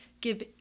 give